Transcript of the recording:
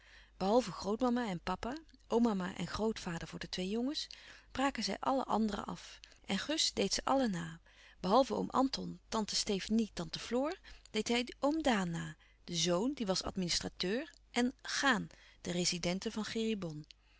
behalve grootmama en papa omama en grootvader voor de twee jongens braken zij alle anderen af en gus deed ze allen na behalve oom anton tante stefanie tante floor deed hij oom daan na den zoon die was administrateur en chaan de rezidente van